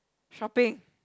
shopping